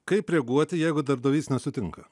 kaip reaguoti jeigu darbdavys nesutinka